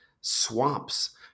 swamps